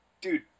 dude